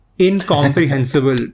incomprehensible